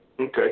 Okay